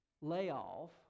layoff